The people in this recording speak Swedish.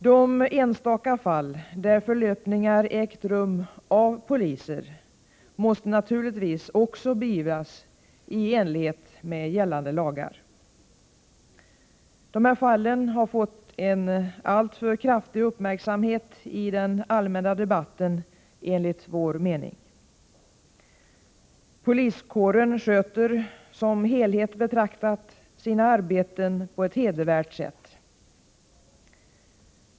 De enstaka fall där förlöpningar ägt rum från polisers sida måste naturligtvis också beivras i enlighet med gällande lagar. Dessa fall har enligt vår mening fått en alltför stor uppmärksamhet i den allmänna debatten. Poliskåren sköter, som helhet betraktad, sina arbeten på ett hedervärt sätt.